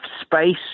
space